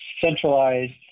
centralized